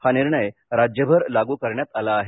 हा निर्णय राज्यभर लागू करण्यात आला आहे